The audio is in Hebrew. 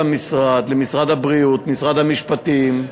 למשרד, למשרד הבריאות, משרד המשפטים,